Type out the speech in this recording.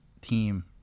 team